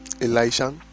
Elisha